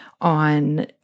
on